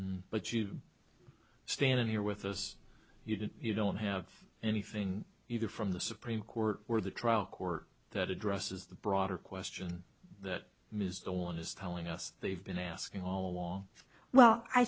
o but you stand here with us you did you don't have anything either from the supreme court or the trial court that addresses the broader question that ms dolan is telling us they've been asking all along well i